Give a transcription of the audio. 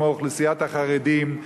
כמו אוכלוסיית החרדים,